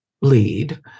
lead